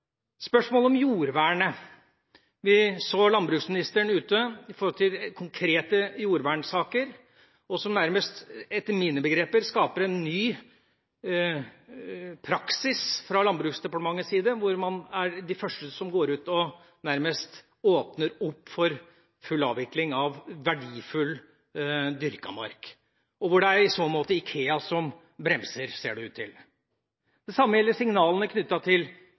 spørsmålet om jordvernet: Vi så landbruksministeren gikk ut når det gjaldt konkrete jordvernssaker og nærmest – etter mine begreper – skapte en ny praksis fra Landbruksdepartementets side, hvor man er de første som går ut og nærmest åpner opp for full avvikling av verdifull dyrket mark, og hvor det i så måte ser ut til at det er IKEA som bremser. Det samme gjelder signalene knyttet til